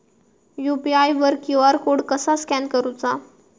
UPI वर QR code कसा scan करूचा?